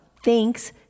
thanks